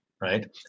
right